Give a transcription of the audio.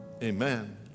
Amen